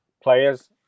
players